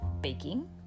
baking